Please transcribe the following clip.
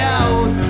out